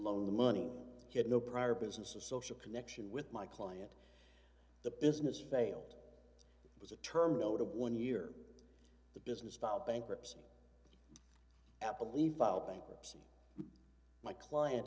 loan the money he had no prior business a social connection with my client the business failed it was a term notable one year the business filed bankruptcy apple leave out bankruptcy my client